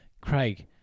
Craig